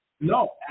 No